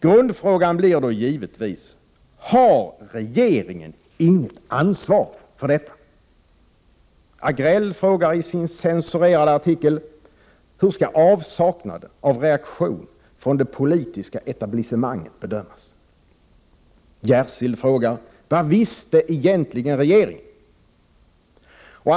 Grundfrågan blir då givetvis: Har regeringen inget ansvar för detta? Agrell frågar i sin censurerade artikel: Hur skall avsaknaden av reaktion från det politiska etablissemanget bedömas? Jersild frågar: Vad visste egentligen regeringen?